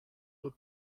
were